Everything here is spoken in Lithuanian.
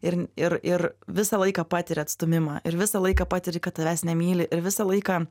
ir ir ir visą laiką patiria atstūmimą ir visą laiką patiri kad tavęs nemyli ir visą laiką